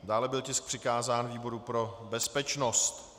Dále byl tisk přikázán výboru pro bezpečnost.